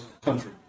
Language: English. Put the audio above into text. country